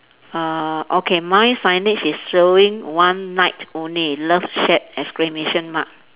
uh okay my signage is showing one night only love shack exclamation mark